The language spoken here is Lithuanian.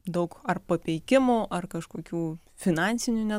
daug ar papeikimų ar kažkokių finansinių